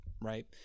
Right